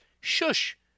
shush